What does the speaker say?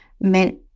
meant